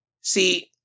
See